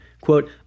quote